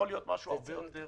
משהו הרבה יותר קטן.